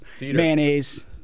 mayonnaise